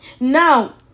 Now